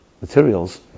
materials